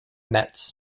metz